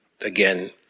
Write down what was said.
Again